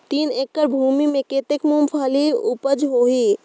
तीन एकड़ भूमि मे कतेक मुंगफली उपज होही?